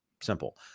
Simple